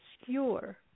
obscure